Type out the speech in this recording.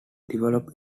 developed